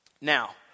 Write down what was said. Now